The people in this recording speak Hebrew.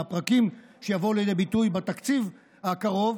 רבים מהפרקים שיבואו לידי ביטוי בתקציב הקרוב,